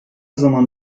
zaman